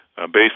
based